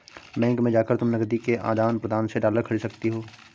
bank में जाकर तुम नकदी के आदान प्रदान से डॉलर खरीद सकती हो